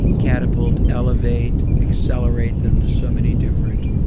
catapult, elevate, accelerate them to so many different